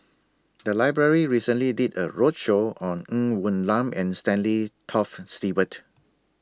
The Library recently did A roadshow on Ng Woon Lam and Stanley Toft Stewart